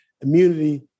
immunity